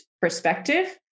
perspective